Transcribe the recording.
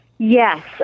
Yes